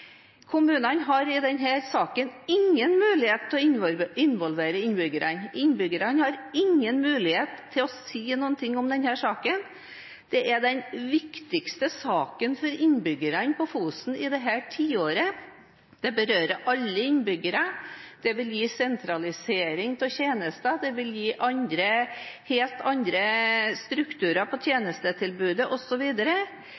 Innbyggerne har ingen mulighet til å si noe om denne saken. Det er den viktigste saken for innbyggerne på Fosen i dette tiåret. Den berører alle innbyggere, den vil gi sentralisering av tjenester, den vil gi helt andre strukturer